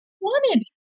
wanted